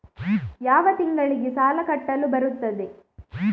ಯಾವ ತಿಂಗಳಿಗೆ ಸಾಲ ಕಟ್ಟಲು ಬರುತ್ತದೆ?